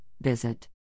visit